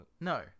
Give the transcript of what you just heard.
No